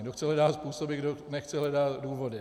Kdo chce, hledá způsoby, kdo nechce, hledá důvody.